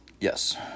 yes